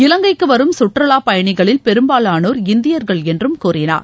இலங்கைக்கு வரும் சுற்றுலா பயணிகளில் பெரும்பாலானோர் இந்தியர்கள் என்றும் கூறினார்